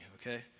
okay